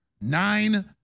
Nine